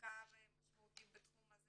מחקר משמעותי הזה.